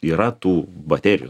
yra tų baterijų